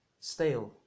stale